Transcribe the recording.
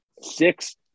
Six